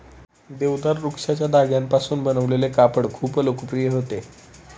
देवदार वृक्षाच्या धाग्यांपासून बनवलेले कापड खूप लोकप्रिय होते